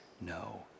no